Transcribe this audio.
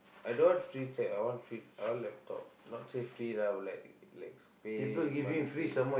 I don't want free tab I want free I want laptop not say free lah like like pay monthly